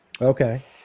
okay